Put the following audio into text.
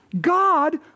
God